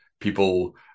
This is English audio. people